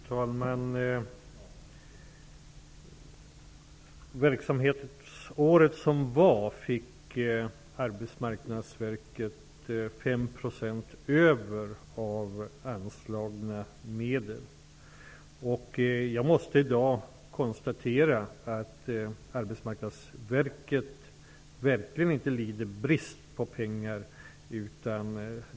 Fru talman! Det innevarande verksamhetsåret har Arbetsmarknadsverket fått 5 % över av anslagna medel. Jag måste konstatera att Arbetsmarknadsverket i dag verkligen inte lider brist på pengar.